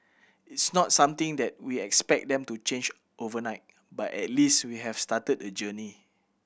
it's not something that we expect them to change overnight but at least we have started a journey